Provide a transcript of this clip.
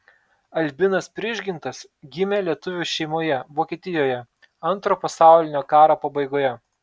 albinas prižgintas gimė lietuvių šeimoje vokietijoje antro pasaulinio karo pabaigoje